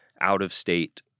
out-of-state